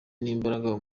n’imbaraga